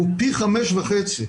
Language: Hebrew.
הוא פי חמישה וחצי,